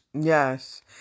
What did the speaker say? Yes